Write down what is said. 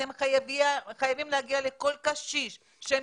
אתם חייבים להגיע לכל קשיש כדי שהם